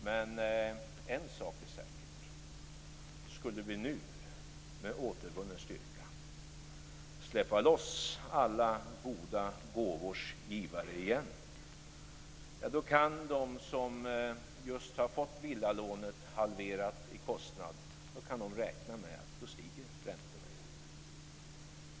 Men en sak är säker: Skulle vi nu, med återvunnen styrka, släppa loss alla goda gåvors givare igen, då kan de som just har fått villalånet halverat i kostnad räkna med att räntorna stiger igen.